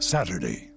Saturday